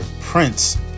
Prince